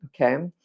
okay